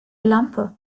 lampe